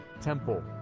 temple